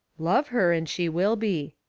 love her and she will be.